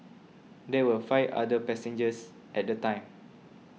there were five other passengers at the time